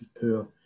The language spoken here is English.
poor